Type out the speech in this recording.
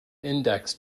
index